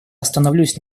остановлюсь